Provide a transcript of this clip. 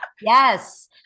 Yes